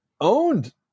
owned